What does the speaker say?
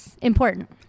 Important